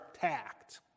tact